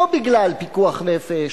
לא בגלל פיקוח נפש,